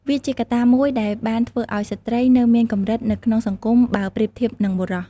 វាជាកត្តាមួយដែលបានធ្វើឱ្យស្ត្រីនៅមានកម្រិតនៅក្នុងសង្គមបើប្រៀបធៀបនឹងបុរស។